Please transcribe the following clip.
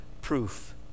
proof